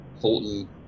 Holton